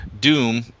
Doom